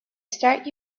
start